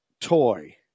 toy